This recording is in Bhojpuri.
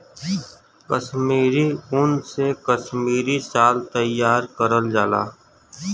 कसमीरी उन से कसमीरी साल तइयार कइल जाला